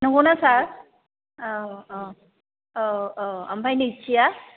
नोंगौ ना सार औ औ औ औ ओमफ्राय नैथिया